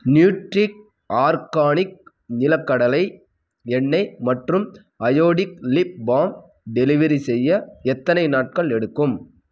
நியூட்ரிக் organic நிலக்கடலை எண்ணெய் மற்றும் பயோடிக் லிப் பாம் டெலிவரி செய்ய எத்தனை நாட்கள் எடுக்கும்